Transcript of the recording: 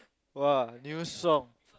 !wah! new song